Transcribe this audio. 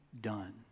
done